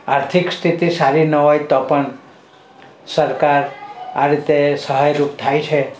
આર્થિક સ્થિતિ સારી ન હોય તો પણ સરકાર આ રીતે સહાય રૂપ થાય છે